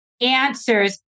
answers